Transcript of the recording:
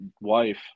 wife